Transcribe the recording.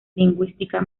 lingüística